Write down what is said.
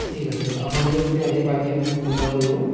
ঠিক আছে আপোনালোকে যেতিয়া আহি পায়হি মোক ফোন এটা কৰিব